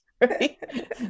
right